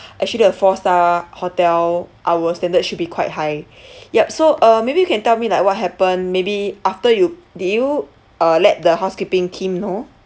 actually a four star hotel our standard should be quite high yup so uh maybe you can tell me like what happen maybe after you did you uh let the housekeeping team know